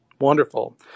Wonderful